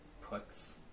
puts